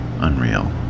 unreal